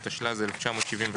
התשל"ז-1977,